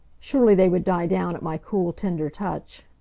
surely they would die down at my cool, tender touch.